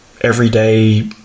everyday